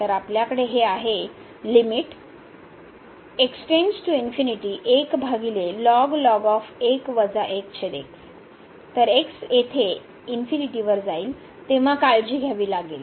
तर आपल्याकडे हे आहे तर x येथे x वर जाईल तेंव्हा काळजी घ्यावी लागेल